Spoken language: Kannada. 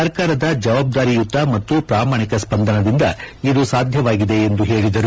ಸರ್ಕಾರದ ಜವಾಬ್ದಾರಿಯುತ ಮತ್ತು ಪ್ರಾಮಾಣಿಕ ಸ್ಪಂದನದಿಂದ ಇದು ಸಾಧ್ಯವಾಗಿದೆ ಎಂದು ಹೇಳಿದರು